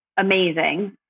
amazing